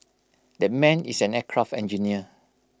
that man is an aircraft engineer